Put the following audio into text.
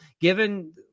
given